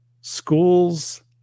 schools